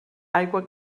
aigua